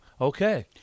okay